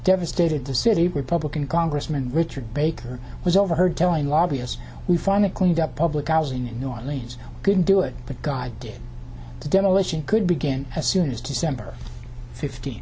devastated the city republican congressman richard baker was overheard telling a lobbyist we find that cleaned up public housing in new orleans couldn't do it but god did the demolition could begin as soon as december fifteenth